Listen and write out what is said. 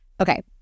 Okay